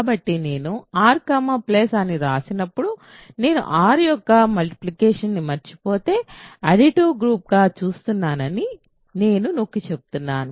కాబట్టి నేను R అని వ్రాసినప్పుడు నేను R యొక్క మల్టిప్లికెషన్న్ని మరచిపోతే అడిటివ్ గ్రూప్ గా చూస్తున్నానని నేను నొక్కి చెబుతున్నాను